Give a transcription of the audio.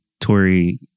Tory